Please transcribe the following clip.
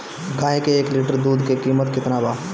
गाय के एक लीटर दूध के कीमत केतना बा?